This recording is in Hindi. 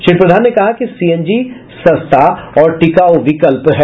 श्री प्रधान ने कहा कि सीएनजी सस्ता और टिकाऊ विकल्प है